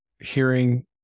hearing